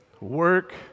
work